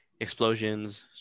explosions